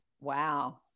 Wow